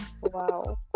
Wow